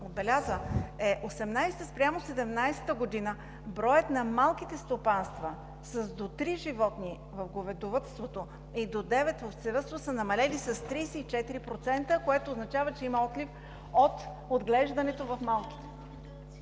отбеляза, е 2018 г. спрямо 2017 г. броят на малките стопанства с до три животни в говедовъдството и до девет в овцевъдството са намалели с 34%, което означава, че има отлив от отглеждането в малките…